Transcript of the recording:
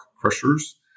crushers